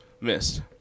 missed